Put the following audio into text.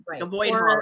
avoid